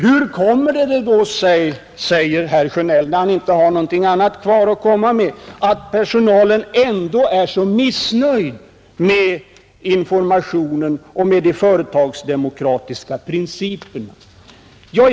Hur kommer det sig då — undrar herr Sjönell när han inte har något annat kvar att komma med — att personalen ändå är så missnöjd med informationen och det sätt varpå de företagsdemokratiska principerna har tillämpats?